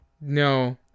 No